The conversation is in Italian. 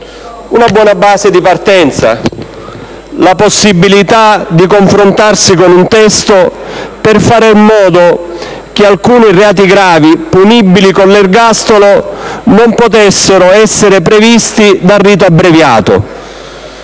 una buona base di partenza, la possibilità di confrontarsi con un testo per far in modo che per alcuni reati gravi punibili con l'ergastolo non potesse essere ammesso il rito abbreviato.